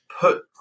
put